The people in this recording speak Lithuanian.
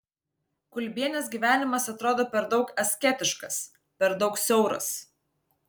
kulbienės gyvenimas atrodo per daug asketiškas per daug siauras